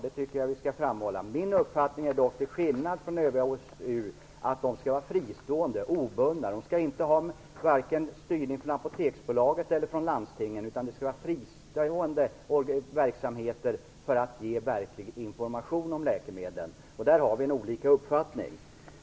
Det tycker jag att vi skall framhålla. Min uppfattning är dock, till skillnad från övriga i HSU 2000, att dessa skall vara fristående och obundna. De skall inte styras av vare sig Apoteksbolaget eller landstingen utan vara fristående verksamheter för att kunna ge verklig information om läkemedlen. Där har vi olika uppfattning.